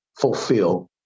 fulfill